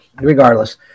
regardless